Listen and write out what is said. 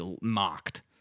mocked